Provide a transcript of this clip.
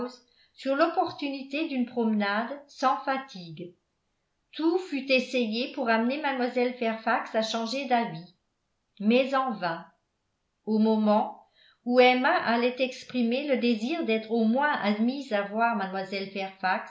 sur l'opportunité d'une promenade sans fatigue tout fut essayé pour amener mlle fairfax à changer d'avis mais en vain au moment où emma allait exprimer le désir d'être au moins admise à voir mlle fairfax